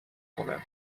کنند